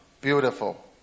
beautiful